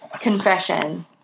confession